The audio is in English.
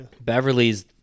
Beverly's